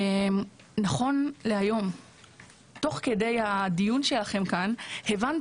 נכון להיום תוך כדי הדיון כאן הבנתי